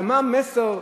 ומה המסר,